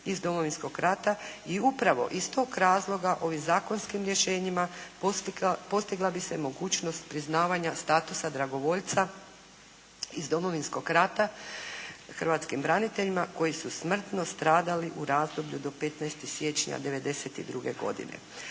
Domovinskog rata i upravo iz tog razloga ovim zakonskim rješenjima postigla bi se mogućnost priznavanja statusa dragovoljca iz Domovinskog rata hrvatskim braniteljima koji su smrtno stradali u razdoblju do 15. siječnja 92. godine.